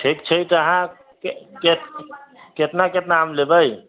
ठीक छै तऽ अहाँ केतना केतना आम लेबै